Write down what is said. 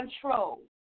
control